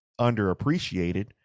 underappreciated